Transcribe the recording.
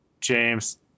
James